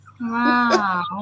Wow